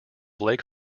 lake